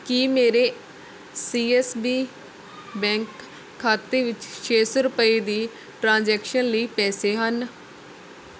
ਕੀ ਮੇਰੇ C S B bank ਖਾਤੇ ਵਿੱਚ ਛੇ ਸੌ ਰੁਪਏ ਦੀ ਟ੍ਰਾਂਜੈਕਸ਼ਨ ਲਈ ਪੈਸੇ ਹਨ